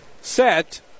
set